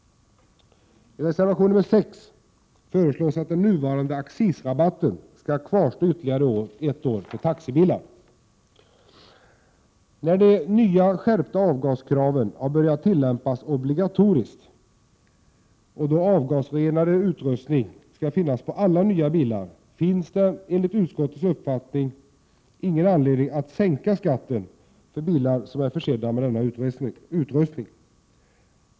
När de nya skärpta avgaskraven har börjat tillämpas obligatoriskt och då avgasrenande utrustning skall finnas på alla nya bilar finns det enligt utskottets mening ingen anledning att sänka skatten för bilar som är försedda med denna utrustning.